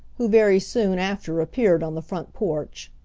who very soon after appeared on the front porch.